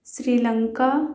Sri Lanka